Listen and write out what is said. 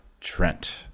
Trent